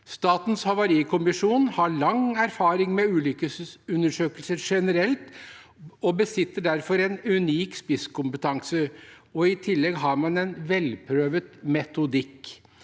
Statens havarikommisjon har lang erfaring med ulykkeundersøkelser generelt og besitter derfor en unik spisskompetanse. I tillegg har man en velprøvet metodikk.